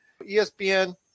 ESPN